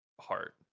heart